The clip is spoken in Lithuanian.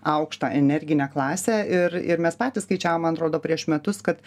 aukštą energinę klasę ir ir mes patys skaičiavom man atrodo prieš metus kad